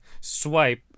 swipe